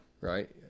Right